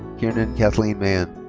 kiernan kathleen mehan.